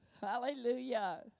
Hallelujah